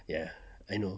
ya I know